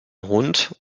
hund